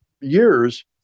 years